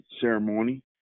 ceremony